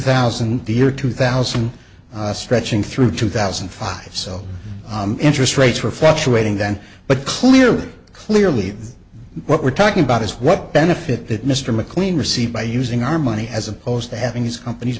thousand the year two thousand stretching through two thousand and five so interest rates were fluctuating then but clearly clearly what we're talking about is what benefit that mr mclean received by using our money as opposed to having these companies